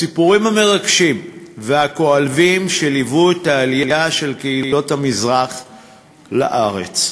הסיפורים המרגשים והכואבים שליוו את העלייה של קהילות המזרח לארץ.